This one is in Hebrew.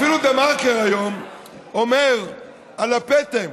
אפילו דה-מרקר היום אומר על הפטם,